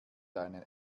deinen